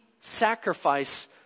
sacrifice